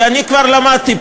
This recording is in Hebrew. כי אני כבר למדתי,